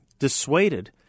dissuaded